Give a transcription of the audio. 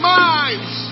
minds